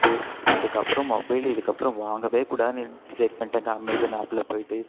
இதுக்கப்புறம் மொபைலு இதுக்கப்புறம் வாங்கவே கூடாதுன்னு இன் டிசைட் பண்ணிட்டேங்க அமேசான் ஆப்பில் போயிட்டு